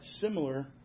similar